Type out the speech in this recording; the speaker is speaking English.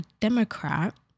Democrat